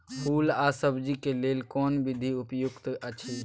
फूल आ सब्जीक लेल कोन विधी उपयुक्त अछि?